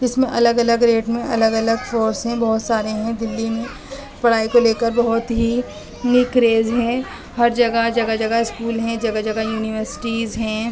جس میں الگ الگ ریٹ میں الگ الگ کورس ہیں بہت سارے ہیں دلّی میں پڑھائی کو لے کر بہت ہی کریز ہے ہر جگہ جگہ جگہ اسکول ہیں جگہ جگہ یونیورسٹیز ہیں